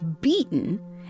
beaten